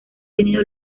tenido